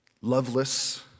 loveless